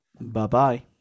Bye-bye